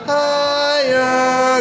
higher